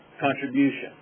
contribution